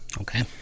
Okay